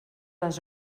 les